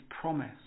promise